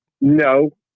No